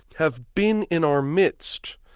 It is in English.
have been in our midst,